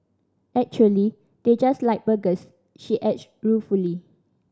actually they just like burgers she adds ruefully